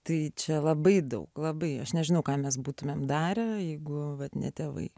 tai čia labai daug labai aš nežinau ką mes būtumėm darę jeigu vat ne tėvai